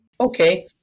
Okay